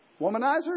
womanizer